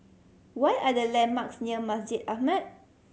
what are the landmarks near Masjid Ahmad